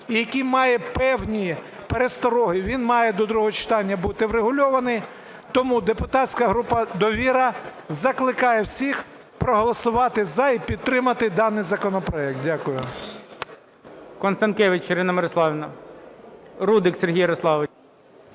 і який має певні перестороги, він має до другого читання бути врегульований. Тому депутатська група "Довіра" закликає всіх проголосувати "за" і підтримати даний законопроект. Дякую.